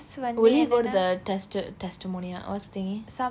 will he go to the tested testimonial ah what's the thingy